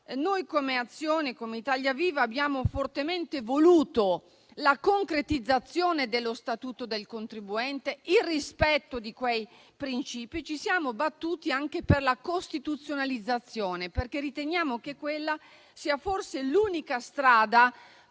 Gruppo Azione-Italia Viva-RenewEurope abbiamo fortemente voluto la concretizzazione dello statuto del contribuente e il rispetto di quei principi e ci siamo battuti anche per la loro costituzionalizzazione, perché riteniamo che quella sia forse l'unica strada